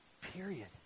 period